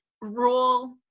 rural